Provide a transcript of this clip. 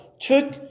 Took